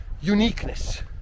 uniqueness